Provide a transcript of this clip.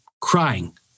crying